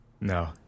No